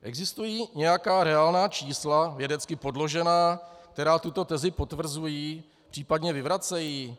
Existují nějaká reálná čísla, vědecky podložená, která tuto tezi potvrzují, případně vyvracejí?